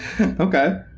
Okay